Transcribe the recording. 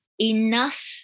enough